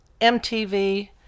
MTV